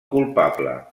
culpable